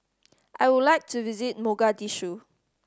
I would like to visit Mogadishu